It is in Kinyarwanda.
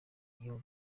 gihugu